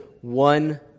one